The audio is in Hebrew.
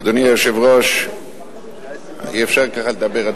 אדוני היושב-ראש, אי-אפשר ככה לדבר.